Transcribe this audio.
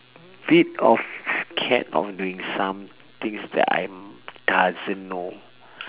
bit of scared of doing some things that I'm doesn't know